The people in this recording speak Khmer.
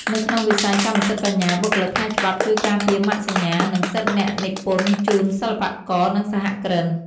នៅក្នុងវិស័យកម្មសិទ្ធិបញ្ញា បុគ្គលិកផ្នែកច្បាប់ជួយការពារម៉ាកសញ្ញា និងសិទ្ធិអ្នកនិពន្ធជូនសិល្បករ និងសហគ្រិន។